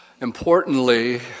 importantly